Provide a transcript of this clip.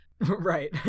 right